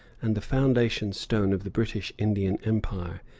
and the foundation-stone of the british indian empire,